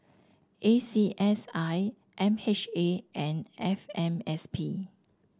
A C S I M H A and F M S P